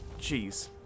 Jeez